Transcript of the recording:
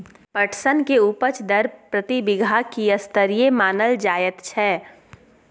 पटसन के उपज दर प्रति बीघा की स्तरीय मानल जायत छै?